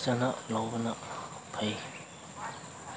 ꯐꯖꯅ ꯂꯧꯕꯅ ꯐꯩ